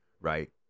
right